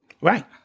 Right